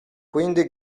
quindi